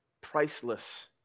priceless